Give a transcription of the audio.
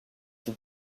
for